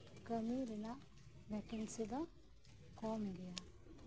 ᱠᱟᱹᱢᱤ ᱨᱮᱱᱟᱜ ᱯᱚᱨᱤᱥᱮᱵᱟ ᱠᱚᱢ ᱜᱮᱭᱟ